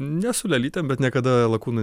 ne su lėlytėm bet niekada lakūnu